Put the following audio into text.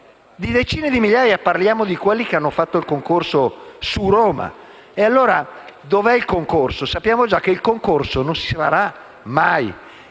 Decine di migliaia sono quelli che hanno fatto il concorso su Roma. Ma allora, dov'è il concorso? Sappiamo già che il concorso non si farà mai,